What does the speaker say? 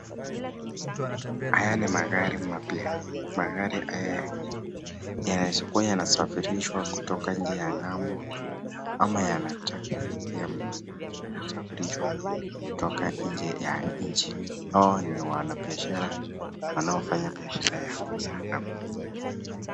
Haya ni magari mapya, magari haya yanakua yanasafirishwa kutoka nje ya ngambo ama yanataka kusafirishwa nje ya nchi. Hao ni wanabiashara wanaofanya biashara ya kuuza na kununua magari.